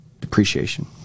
depreciation